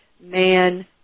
man